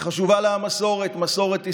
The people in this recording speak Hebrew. שחשובה לה המסורת, מסורת ישראל,